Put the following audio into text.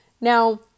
Now